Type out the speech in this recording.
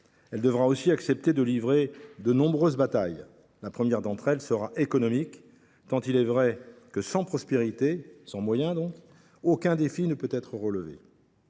Elle devra aussi accepter de livrer de nombreuses batailles. La première d’entre elles sera économique, tant il est vrai que, sans prospérité, et donc sans moyens, aucun défi ne peut être relevé.